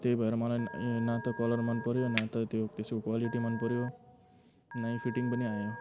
त्यही भएर मलाई न त कलर मन पऱ्यो न त त्यो त्यसको क्वालिटी मन पऱ्यो नै फिटिङ पनि आयो